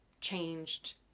changed